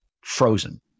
frozen